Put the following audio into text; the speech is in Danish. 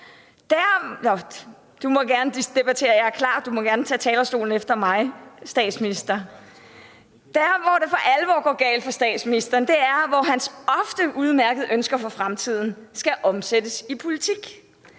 Der, hvor det for alvor går galt for statsministeren, er, hvor hans ofte udmærkede ønsker for fremtiden skal omsættes i politik.